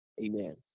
amen